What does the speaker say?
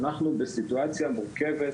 אנחנו בסיטואציה מורכבת,